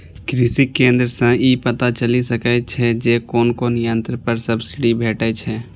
कृषि केंद्र सं ई पता चलि सकै छै जे कोन कोन यंत्र पर सब्सिडी भेटै छै